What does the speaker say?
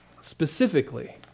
Specifically